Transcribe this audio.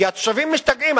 כי התושבים משתגעים.